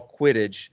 Quidditch